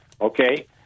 Okay